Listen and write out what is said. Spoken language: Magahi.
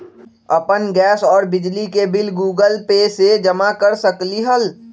अपन गैस और बिजली के बिल गूगल पे से जमा कर सकलीहल?